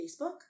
Facebook